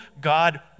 God